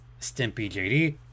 StimpyJD